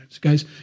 Guys